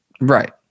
Right